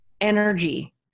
energy